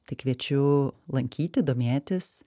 tai kviečiu lankyti domėtis